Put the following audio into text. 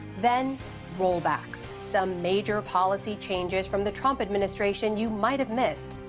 then rollbacks. some major policy changes from the trump administration you might have missed.